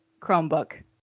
Chromebook